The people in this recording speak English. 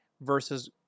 versus